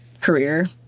career